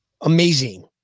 amazing